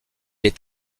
est